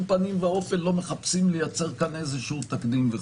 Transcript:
פנים ואופן לא מחפשים לייצר כאן איזשהו תקדים.